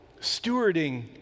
Stewarding